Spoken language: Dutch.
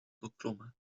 beklommen